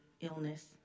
illness